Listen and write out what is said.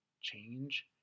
Change